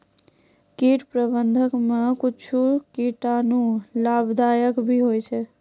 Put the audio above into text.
कीट प्रबंधक मे कुच्छ कीटाणु लाभदायक भी होय छै